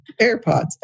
AirPods